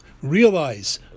realize